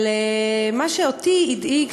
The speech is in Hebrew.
אבל מה שאותי הדאיג,